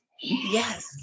Yes